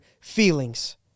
feelings